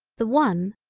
the one,